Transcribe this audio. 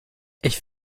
ich